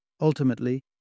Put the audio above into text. ultimately